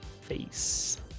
face